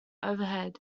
overhead